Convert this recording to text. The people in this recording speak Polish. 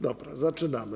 Dobra, zaczynamy.